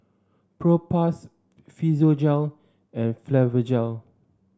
Propass Physiogel and Blephagel